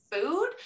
food